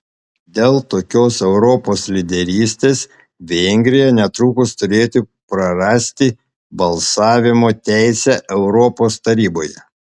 dėl tokios europos lyderystės vengrija netrukus turėtų prarasti balsavimo teisę europos taryboje